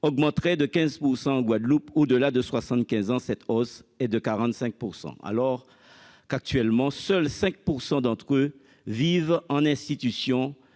augmenterait de 15 % en Guadeloupe. Au-delà de 75 ans, cette hausse sera de 45 %. Or, actuellement, seuls 5 % d'entre eux vivent en institution,